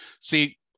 See